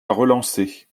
relancer